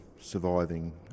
surviving